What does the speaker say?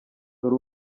dore